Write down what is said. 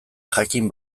jakin